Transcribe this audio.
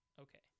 okay